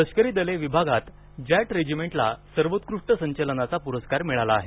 लष्करी दले विभागात जाट रेजिमेंटला सर्वोत्कृष्ट संचलनाचा पुरस्कार मिळाला आहे